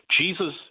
Jesus